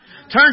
Turns